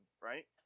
right